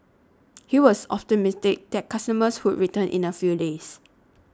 he was optimistic that customers would return in a few days